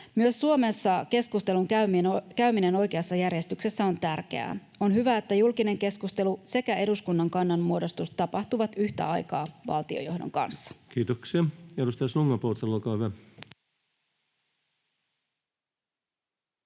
Myös Suomessa keskustelun käyminen oikeassa järjestyksessä on tärkeää. On hyvä, että julkinen keskustelu sekä eduskunnan kannanmuodostus tapahtuvat yhtä aikaa valtiojohdon kanssa. [Speech 151] Speaker: Ensimmäinen